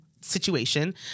situation